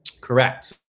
correct